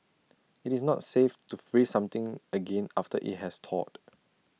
IT is not safe to freeze something again after IT has thawed